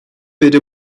beri